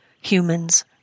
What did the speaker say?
Humans